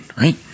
right